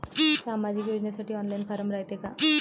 सामाजिक योजनेसाठी online form रायते का?